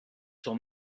son